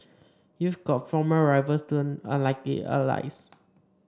you've got former rivals turned unlikely allies